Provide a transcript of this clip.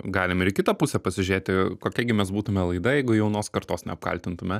galim ir į kitą pusę pasižiūrėti kokia gi mes būtume laida jeigu jaunos kartos neapkaltintume